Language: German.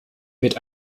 mit